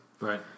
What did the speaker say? Right